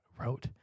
wrote